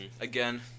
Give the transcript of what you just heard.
Again